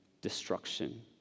destruction